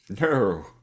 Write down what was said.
No